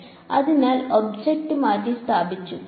അതിനാൽ ഒബ്ജക്റ്റ് മാറ്റിസ്ഥാപിച്ചു ശരി